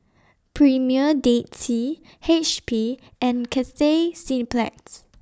Premier Dead Sea H P and Cathay Cineplex